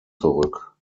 zurück